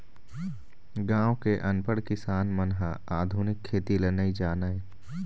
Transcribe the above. गाँव के अनपढ़ किसान मन ह आधुनिक खेती ल नइ जानय